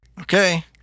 Okay